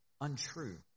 untrue